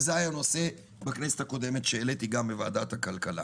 וזה היה נושא בכנסת הקודמת שהעליתי גם בוועדת הכלכלה.